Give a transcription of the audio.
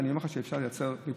ואני אומר לך שאפשר לייצר פתרונות.